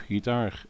Gitaar